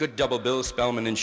good double bill spellman